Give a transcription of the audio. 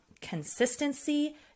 consistency